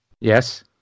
Yes